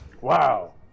Wow